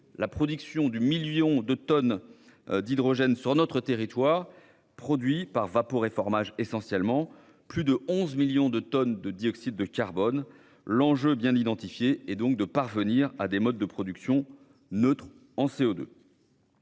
la production de 1 million de tonnes d'hydrogène sur notre territoire, essentiellement par vaporeformage du méthane, engendre plus de 11 millions de tonnes de dioxyde de carbone. L'enjeu, bien identifié, est donc de parvenir à des modes de production neutres en CO2.